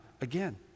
again